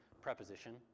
preposition